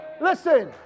Listen